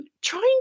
trying